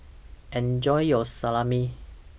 Enjoy your Salami